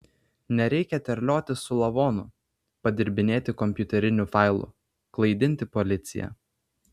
nereikia terliotis su lavonu padirbinėti kompiuterinių failų klaidinti policiją